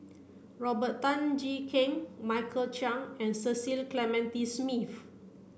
Robert Tan Jee Keng Michael Chiang and Cecil Clementi Smith